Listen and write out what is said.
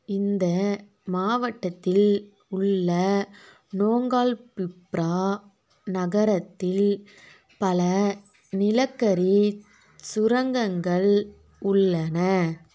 இந்த மாவட்டத்தில் உள்ள நோங்கால்பிப்ரா நகரத்தில் பல நிலக்கரி சுரங்கங்கள் உள்ளன